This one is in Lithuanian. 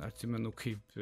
atsimenu kaip